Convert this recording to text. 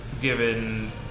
given